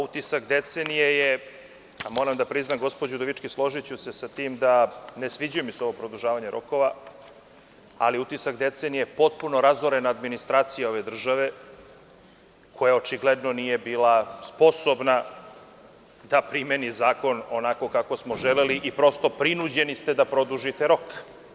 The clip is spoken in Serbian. Utisak decenije, moram da priznam, gospođo Udovički, složiću se sa tim da mi se ne sviđa ovo produžavanje rokova, ali utisak decenije je potpuno razorena administracija ove države, koja očigledno nije bila sposobna da primeni zakon onako kako smo želeli i prosto ste prinuđeni da produžite rok.